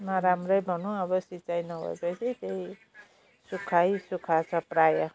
नराम्रो भनौँ अब सिँचाइ नभइसके पछि त्यही सुक्खा सुक्खा छ प्रायः